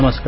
नमस्कार